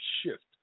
shift